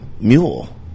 mule